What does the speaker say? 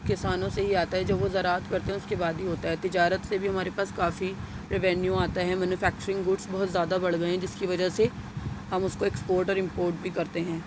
کسانوں سے ہی آتا ہے جو وہ زراعت کرتے ہیں اس کے بعد ہی ہوتا ہے تجارت سے بھی ہمارے پاس کافی رینیو آتے ہیں مینوفیکچرنگ گوڈس بہت زیادہ بڑھ گئے ہیں جس کی وجہ سے ہم اس کو ایکسپوٹ اور امپورٹ بھی کرتے ہیں